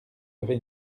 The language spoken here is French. avez